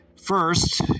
First